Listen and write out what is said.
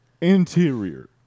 interior